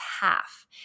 half